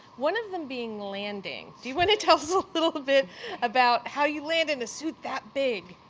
one of them being landing. do you want to tell us a little bit about how you land in a suit that big?